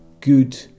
good